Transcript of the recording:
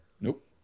Nope